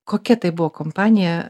kokia tai buvo kompanija